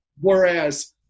Whereas